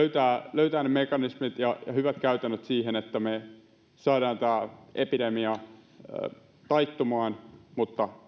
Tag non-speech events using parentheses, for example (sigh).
löytää ne mekanismit ja hyvät käytännöt siihen että me saamme tämän epidemian taittumaan mutta (unintelligible)